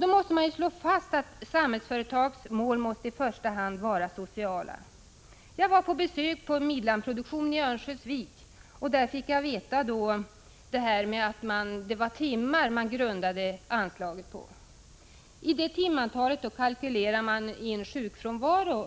Det måste slås fast att Samhällsföretags mål i första hand måste vara sociala. Jag har varit på besök på Midlandproduktion i Örnsköldsvik. Där fick jag veta att anslaget grundades på antalet timmar. I det timantalet kalkyleras sjukfrånvaron